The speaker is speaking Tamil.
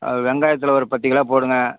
வெங்காயத்தில் ஒரு பத்து கிலோ போடுங்கள்